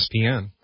ESPN